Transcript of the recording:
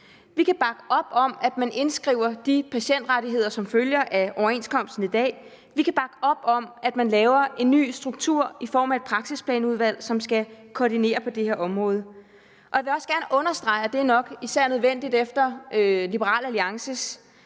Vi kan bakke op om, at man indskriver de patientrettigheder, som følger af overenskomsten i dag. Vi kan bakke op om, at man laver en ny struktur i form af et praksisplanudvalg, som skal koordinere på det her område. Jeg vil også gerne understrege – og det er nok især nødvendigt efter Liberal Alliances